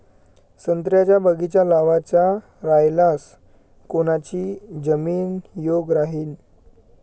संत्र्याचा बगीचा लावायचा रायल्यास कोनची जमीन योग्य राहीन?